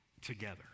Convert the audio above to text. together